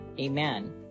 Amen